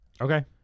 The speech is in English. Okay